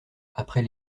après